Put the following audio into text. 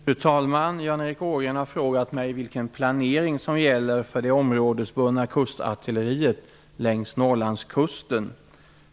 Fru talman! Jan Erik Ågren har frågat mig vilken planering som gäller för det områdesbundna kustartilleriet längs Norrlandskusten.